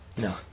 No